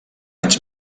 anys